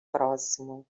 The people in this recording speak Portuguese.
próximo